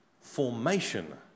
formation